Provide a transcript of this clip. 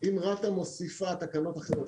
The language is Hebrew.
אם רת"א מוסיפה תקנות אחרות,